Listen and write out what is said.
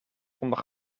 onder